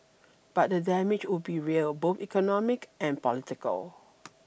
but the damage would be real both economic and political